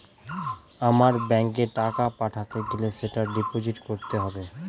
আমার ব্যাঙ্কে টাকা পাঠাতে গেলে সেটা ডিপোজিট করতে হবে